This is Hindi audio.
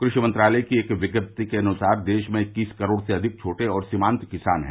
कृषि मंत्रालय की एक विज्ञप्ति के अनुसार देश में इक्कीस करोड़ से अधिक छोटे और सीमांत किसान हैं